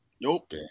Nope